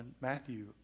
Matthew